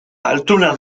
altuna